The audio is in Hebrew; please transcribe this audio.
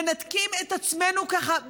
מנתקים את עצמנו מכל